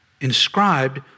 inscribed